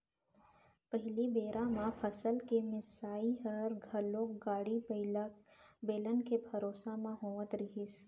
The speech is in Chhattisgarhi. पहिली बेरा म फसल के मिंसाई हर घलौ गाड़ी बइला, बेलन के भरोसा म होवत रहिस हे